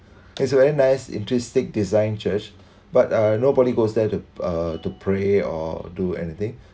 it's a very nice interesting design church but uh nobody goes there to uh to pray or do anything